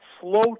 slow